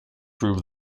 proved